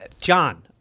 John